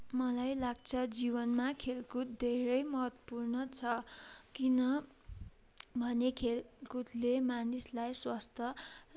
मलाई लाग्छ जीवनमा खेलकुद धेरै महत्त्वपूर्ण छ किनभने खेलकुदले मानिसलाई स्वस्थ